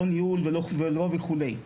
ניהול וכולי.